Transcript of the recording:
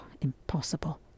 Impossible